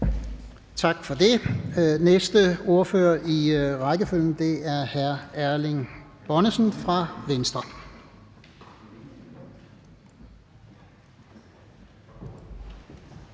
Tak for det. Den næste ordfører i rækkefølgen er hr. Erling Bonnesen fra Venstre.